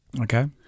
Okay